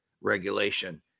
regulation